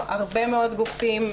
הרבה מאוד גופים,